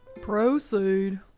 Proceed